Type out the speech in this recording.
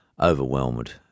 overwhelmed